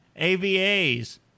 AVAs